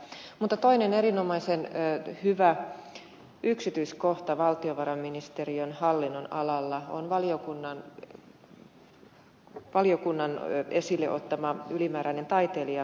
mutta toinen erinomaisen hyvä yksityiskohta valtiovarainministeriön hallinnonalalla on valiokunnan esille ottama ylimääräinen taiteilijaeläke